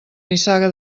nissaga